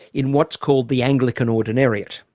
in what's called the anglican ordinariate.